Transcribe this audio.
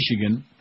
Michigan